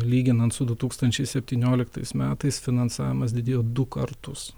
lyginant su du tūkstančiai septynioliktais metais finansavimas didėjo du kartus